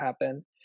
happen